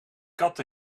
kat